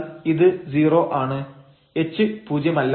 h പൂജ്യമല്ല